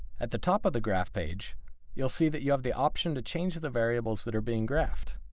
at the top of the graph page you will see that you have the option to change the variables that are being graphed.